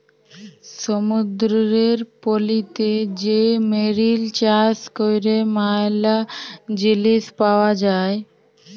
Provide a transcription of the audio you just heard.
সমুদ্দুরের পলিতে যে মেরিল চাষ ক্যরে ম্যালা জিলিস পাওয়া যায়